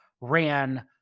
ran